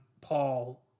Paul